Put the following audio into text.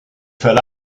fell